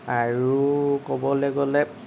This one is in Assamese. আৰু ক'বলৈ গ'লে